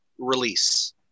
release